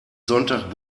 sonntag